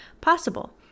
possible